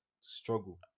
struggle